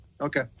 Okay